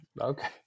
okay